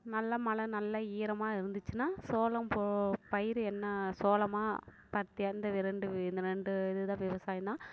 நல்லா மழை நல்லா ஈரமா இருந்துச்சுன்னா சோளம் போக பயிரு என்ன சோளமாக பருத்தி அந்த ரெண்டு இந்த ரெண்டு இது தான் விவசாயம் தான்